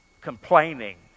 complaining